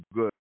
good